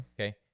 okay